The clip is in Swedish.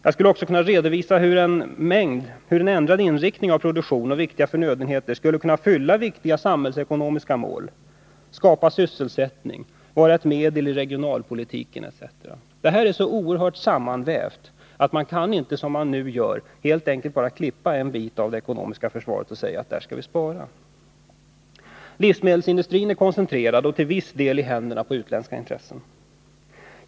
Jag skulle också kunna redovisa hur en ändrad inriktning av produktionen av viktiga förnödenheter kunde fylla betydelsefulla samhällsekonomiska mål, skapa sysselsättning, vara ett medel i regionalpolitiken etc. Det här är så oerhört sammanvävt att man inte, som nu görs, helt enkelt bara kan klippa en bit av det ekonomiska försvaret och säga att vi kan spara där. Livsmedelsindustrin är koncentrerad och till viss del i händerna på utländska intressen.